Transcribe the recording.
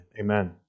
Amen